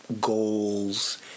goals